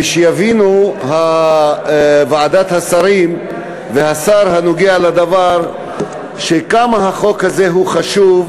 ושיבינו ועדת השרים והשר הנוגע בדבר כמה החוק הזה חשוב